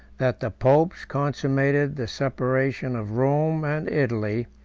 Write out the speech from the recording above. that the popes consummated the separation of rome and italy,